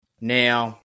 now